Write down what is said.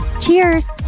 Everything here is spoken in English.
Cheers